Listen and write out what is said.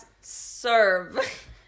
serve